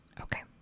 Okay